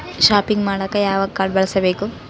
Shopping ಮಾಡಾಕ ಯಾವ card ಬಳಸಬೇಕು?